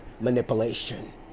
manipulation